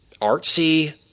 artsy